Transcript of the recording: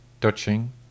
touching